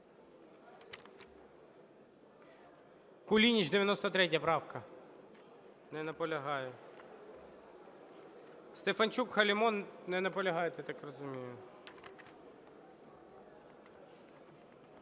Кулініч, 93 правка. Не наполягає. Стефанчук, Халімон. Не наполягаєте, я так розумію.